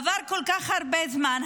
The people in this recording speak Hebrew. עבר כל כך הרבה זמן,